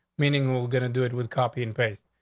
meaning we're gonna do it with copy and paste.